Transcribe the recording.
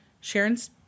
Sharon's